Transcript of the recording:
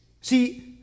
See